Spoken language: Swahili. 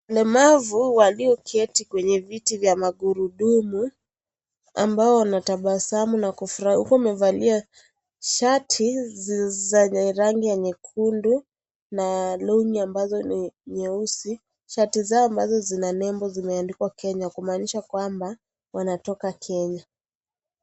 Walemavu walioketi kwenye viti vya magurudumu ambao wanatabasamu na kufurahia huku wamevalia shati zenye rangi ya nyekundu na long'i ambazo ni nyeusi. Shati zao ambazo ziko na nembo ambayo imeandikwa Kenya kumaanisha kwamba wanatoka Kenya.